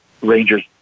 Rangers